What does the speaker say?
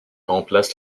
remplace